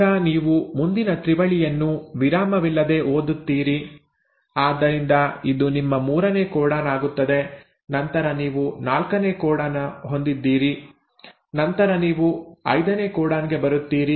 ನಂತರ ನೀವು ಮುಂದಿನ ತ್ರಿವಳಿಯನ್ನು ವಿರಾಮವಿಲ್ಲದೆ ಓದುತ್ತೀರಿ ಆದ್ದರಿಂದ ಇದು ನಿಮ್ಮ ಮೂರನೇ ಕೋಡಾನ್ ಆಗುತ್ತದೆ ನಂತರ ನೀವು ನಾಲ್ಕನೇ ಕೋಡಾನ್ ಹೊಂದಿದ್ದೀರಿ ನಂತರ ನೀವು ಐದನೇ ಕೋಡಾನ್ ಗೆ ಬರುತ್ತೀರಿ